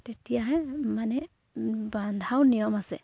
তেতিয়াহে মানে বান্ধাও নিয়ম আছে